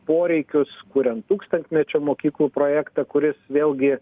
poreikius kuriant tūkstantmečio mokyklų projektą kuris vėlgi